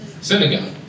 Synagogue